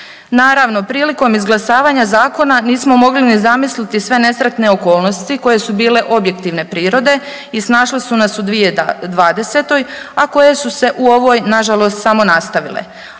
Naravno, prilikom izglasavanja zakona nismo mogli ni zamisliti sve nesretne okolnosti koje su bile objektivne prirode i snašle su nas u 2020., a koje su se u ovoj nažalost samo nastavile.